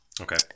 Okay